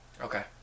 Okay